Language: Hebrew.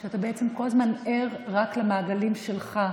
אתה בעצם כל הזמן ער רק למעגלים שלך,